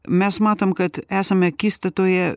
mes matom kad esame akistatoje